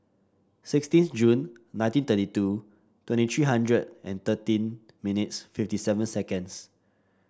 sixteen June nineteen thirty two twenty three hundred and thirteen minutes fifty seven seconds